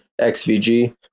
XVG